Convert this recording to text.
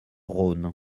rhône